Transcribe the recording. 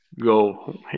Go